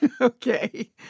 Okay